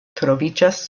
troviĝas